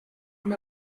amb